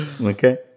Okay